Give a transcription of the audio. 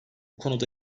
konuda